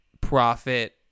profit